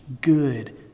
good